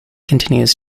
continues